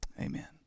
amen